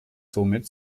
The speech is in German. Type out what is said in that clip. somit